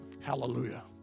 hallelujah